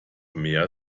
mehr